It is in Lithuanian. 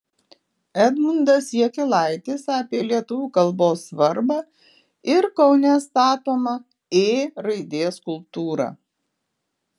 edmundas jakilaitis apie lietuvių kalbos svarbą ir kaune statomą ė raidės skulptūrą